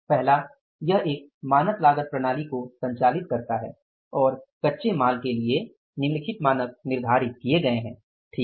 पहला यह एक मानक लागत प्रणाली को संचालित करता है और कच्चे माल के लिए निम्नलिखित मानक निर्धारित किए गए हैं ठीक है